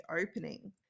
opening